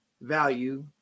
value